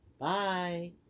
Bye